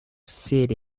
seat